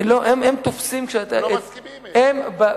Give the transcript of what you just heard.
לא מסכימים הם.